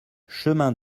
chemin